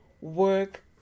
work